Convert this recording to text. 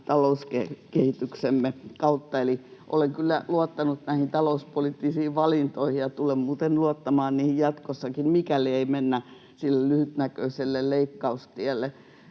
talouskehityksemme kautta. Eli olen kyllä luottanut näihin talouspoliittisiin valintoihin ja tulen muuten luottamaan niihin jatkossakin, mikäli ei mennä sille lyhytnäköiselle leikkaustielle.